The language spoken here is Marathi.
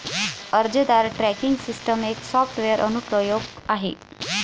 अर्जदार ट्रॅकिंग सिस्टम एक सॉफ्टवेअर अनुप्रयोग आहे